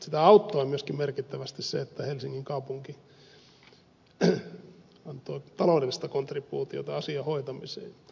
sitä auttoi merkittävästi myöskin se että helsingin kaupunki antoi taloudellista kontribuutiota asian hoitamiseen